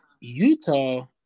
Utah